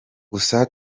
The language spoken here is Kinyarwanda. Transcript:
gusa